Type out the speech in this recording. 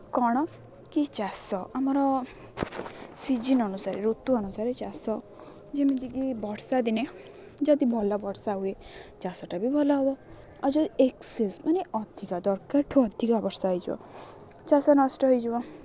କ'ଣ କି ଚାଷ ଆମର ସିଜିନ୍ ଅନୁସାରେ ଋତୁ ଅନୁସାରେ ଚାଷ ଯେମିତିକି ବର୍ଷା ଦିନେ ଯଦି ଭଲ ବର୍ଷା ହୁଏ ଚାଷଟା ବି ଭଲ ହେବ ଆଉ ଯଦି ଏକ୍ସେସ୍ ମାନେ ଅଧିକା ଦରକାରଠୁ ଅଧିକା ବର୍ଷା ହୋଇଯିବ ଚାଷ ନଷ୍ଟ ହୋଇଯିବ